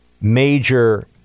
major